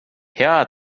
hea